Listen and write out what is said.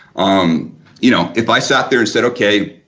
um you know if i sat there and said okay, a